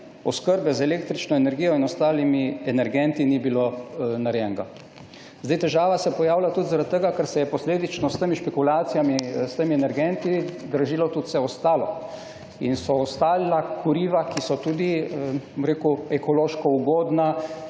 oskrbe z električno energijo in ostalimi energenti, ni bil narejen. Težava se pojavlja tudi zaradi tega, ker se je posledično s špekulacijami s temi energenti dražilo tudi vse ostalo. Ostala kuriva, ki so tudi ekološko ugodna,